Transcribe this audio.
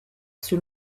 sul